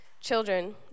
Children